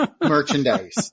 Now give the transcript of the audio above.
merchandise